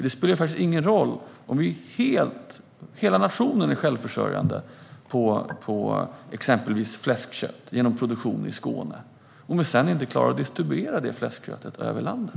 Det spelar ju ingen roll om hela nationen är självförsörjande på exempelvis fläskkött genom produktion i Skåne om vi inte klarar att distribuera fläskköttet över landet.